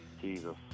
Jesus